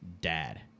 Dad